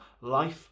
life